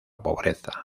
pobreza